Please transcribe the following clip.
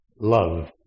love